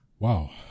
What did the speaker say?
Wow